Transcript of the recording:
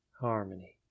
harmony